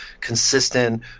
consistent